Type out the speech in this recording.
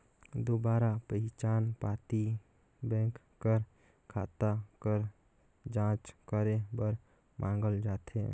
दुबारा पहिचान पाती बेंक कर खाता कर जांच करे बर मांगल जाथे